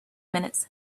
minutes